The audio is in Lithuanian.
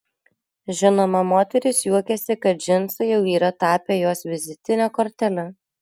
žinoma moteris juokiasi kad džinsai jau yra tapę jos vizitine kortele